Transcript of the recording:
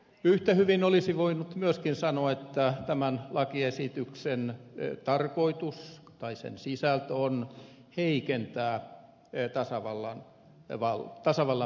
yhtä hyvin olisi voinut myöskin sanoa että tämän lakiesityksen tarkoitus tai sen sisältö on heikentää tasavallan presidentin valtaa